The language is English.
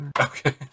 Okay